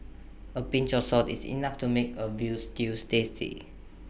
A pinch of salt is enough to make A Veal Stew tasty